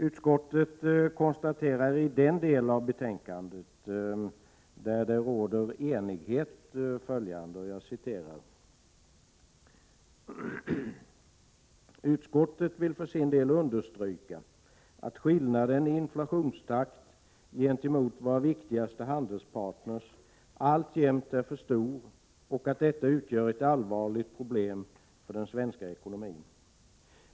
Utskottet konstaterar i den del av betänkandet där det råder enighet följande: ”Utskottet vill för sin del understryka att skillnaden i inflationstakt gentemot våra viktigaste handelspartners alltjämt är för stor och att detta utgör ett allvarligt problem för den svenska ekonomin.